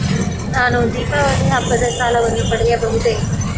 ನಾನು ದೀಪಾವಳಿ ಹಬ್ಬದ ಸಾಲವನ್ನು ಪಡೆಯಬಹುದೇ?